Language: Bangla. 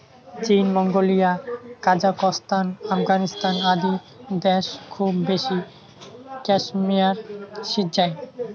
চীন, মঙ্গোলিয়া, কাজাকস্তান, আফগানিস্তান আদি দ্যাশ খুব বেশি ক্যাশমেয়ার সিজ্জায়